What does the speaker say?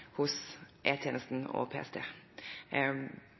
hos komiteen og